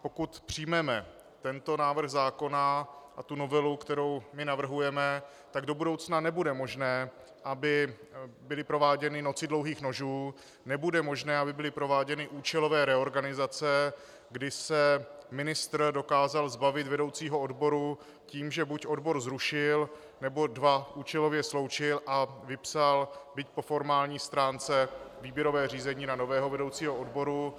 Pokud přijmeme tento návrh zákona a novelu, kterou navrhujeme, tak do budoucna nebude možné, aby byly prováděny noci dlouhých nožů, nebude možné, aby byly prováděny účelové reorganizace, kdy se ministr dokázal zbavit vedoucího odboru tím, že buď odbor zrušil, nebo dva účelově sloučil a vypsal, byť po formální stránce, výběrové řízení na nového vedoucího odboru.